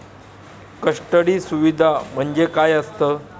Custody सुविधा म्हणजे काय असतं?